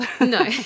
no